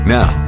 Now